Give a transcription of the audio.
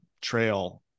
trail